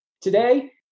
Today